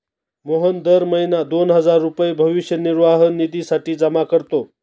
मोहन दर महीना दोन हजार रुपये भविष्य निर्वाह निधीसाठी जमा करतो